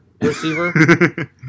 receiver